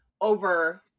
over